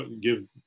give